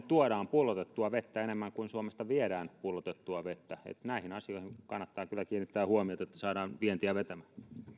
tuodaan pullotettua vettä enemmän kuin suomesta viedään pullotettua vettä näihin asioihin kannattaa kyllä kiinnittää huomiota että saadaan vientiä vetämään